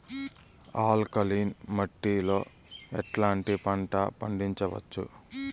Alkaline మట్టి లో ఎట్లాంటి పంట పండించవచ్చు,?